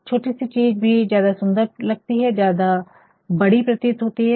छोटी सी चीज़ भी ज्यादा सूंदर लगती है ज्यादा बड़ी प्रतीत होती है